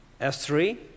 S3